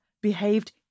behaved